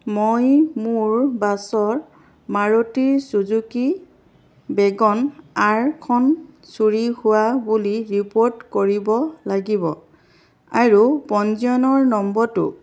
মই মোৰ বাছৰ মাৰুতি চুজুকি ৱেগনাৰখন চুৰি হোৱা বুলি ৰিপ'ৰ্ট কৰিব লাগিব আৰু পঞ্জীয়নৰ নম্বৰটো